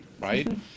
right